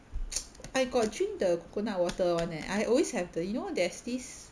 I got drink the coconut water [one] leh I always have the you know there's this